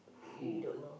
you you don't know